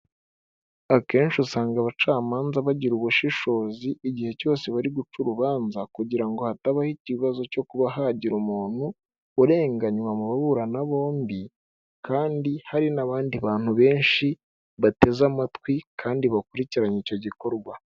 Akenshi usanga abacamanza bagira ubushishozi igihe cyose bari guca urubanza, kugira ngo hatabaho ikibazo cyo kuba hagira umuntu urenganywa mu baburana bombi kandi hari n'abandi bantu benshi bateze amatwi, kandi bakurikiranye icyo gikorwa.